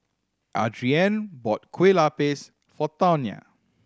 Adriane bought Kueh Lapis for Tawnya